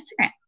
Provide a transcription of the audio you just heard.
Instagram